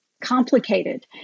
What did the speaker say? complicated